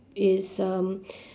is um